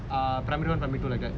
eh primary one primary two like that